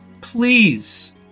Please